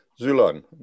Zulon